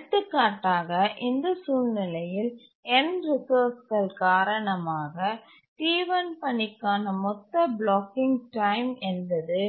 எடுத்துக்காட்டாக இந்த சூழ்நிலையில் n ரிசோர்ஸ்கள் காரணமாக T1 பணிக்கான மொத்த பிளாக்கிங் டைம் என்பது